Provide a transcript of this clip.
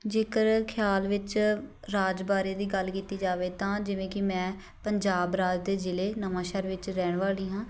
ਜੇਕਰ ਖਿਆਲ ਵਿੱਚ ਰਾਜ ਬਾਰੇ ਦੀ ਗੱਲ ਕੀਤੀ ਜਾਵੇ ਤਾਂ ਜਿਵੇਂ ਕਿ ਮੈਂ ਪੰਜਾਬ ਰਾਜ ਦੇ ਜ਼ਿਲ੍ਹੇ ਨਵਾਂਸ਼ਹਿਰ ਵਿੱਚ ਰਹਿਣ ਵਾਲੀ ਹਾਂ